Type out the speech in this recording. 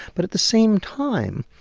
but at the same time,